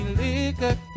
liquor